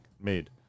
made